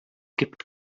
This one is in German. gibt